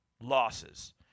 losses